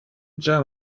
jam